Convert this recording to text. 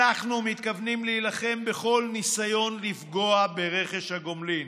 אנחנו מתכוונים להילחם בכל ניסיון לפגוע ברכש הגומלין